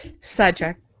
sidetrack